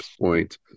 point